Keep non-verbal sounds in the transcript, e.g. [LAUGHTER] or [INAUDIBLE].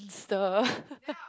stir [LAUGHS]